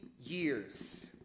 years